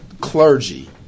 clergy